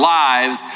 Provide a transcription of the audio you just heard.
lives